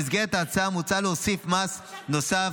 במסגרת ההצעה מוצע להוסיף מס נוסף